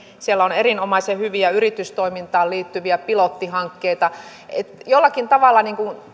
siellä on erinomaisen hyviä yritystoimintaan liittyviä pilottihankkeita jollakin tavalla